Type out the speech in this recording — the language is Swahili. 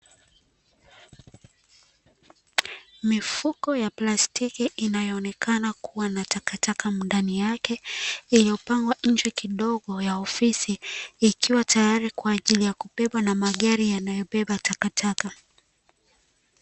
Mifuko ya plastiki inayoonekana kua na takataka ndani yake, iliyopangwa nje kidogo ya ofisi, ikiwa tayari kwa ajili ya kubebwa na magari yanayobeba takataka.